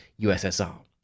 USSR